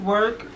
Work